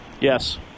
Yes